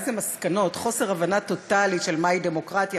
איזה מסקנות: חוסר הבנה טוטלי של מהי דמוקרטיה,